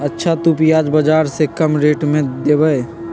अच्छा तु प्याज बाजार से कम रेट में देबअ?